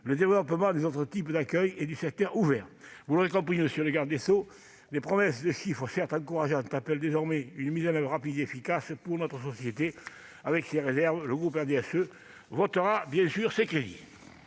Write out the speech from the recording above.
le développement des autres types d'accueil et du secteur ouvert. Vous l'aurez compris, monsieur le garde des sceaux, les promesses de chiffres, certes encourageants, appellent désormais une mise en oeuvre rapide et efficace pour la société. Sous ces réserves, le groupe du RDSE votera ces crédits.